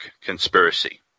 conspiracy